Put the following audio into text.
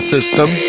System